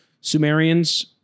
Sumerians